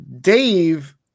Dave